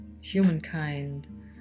humankind